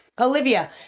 olivia